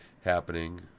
happening